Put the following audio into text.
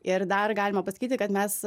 ir dar galima pasakyti kad mes